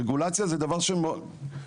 רגולציה זה דבר שהוא חשוב,